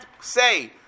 say